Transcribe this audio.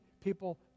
people